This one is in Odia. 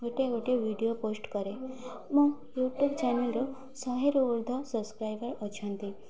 ଗୋଟେ ଗୋଟେ ଭିଡ଼ିଓ ପୋଷ୍ଟ କରେ ମୁଁ ୟୁଟ୍ୟୁବ୍ ଚ୍ୟାନେଲ୍ରେ ଶହେରୁ ଉର୍ଦ୍ଧ୍ୱ ସବସ୍କ୍ରାଇବର ଅଛନ୍ତି